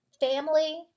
family